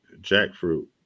Jackfruit